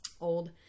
old